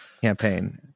campaign